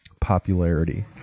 popularity